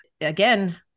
again